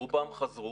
רובם חזרו,